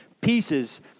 pieces